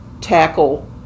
tackle